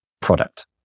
product